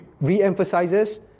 Re-emphasizes